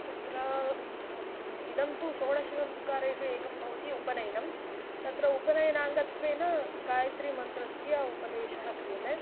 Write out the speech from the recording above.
तत्र इदं तु षोडशसंस्कारेषु एकं भवति उपनयनं तत्र उपनयनाङ्गत्वेन गायत्रीमन्त्रस्य उपदेशः क्रियते